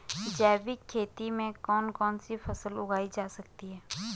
जैविक खेती में कौन कौन सी फसल उगाई जा सकती है?